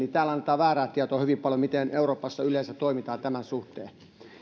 täällä annetaan väärää tietoa hyvin paljon tästä rajan yli tulemisesta ja siitä miten euroopassa yleensä toimitaan tämän suhteen